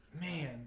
Man